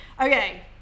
Okay